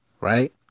right